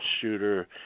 shooter